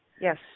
Yes